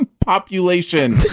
population